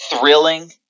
thrilling